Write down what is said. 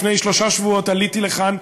לפני שלושה שבועות עליתי לכאן,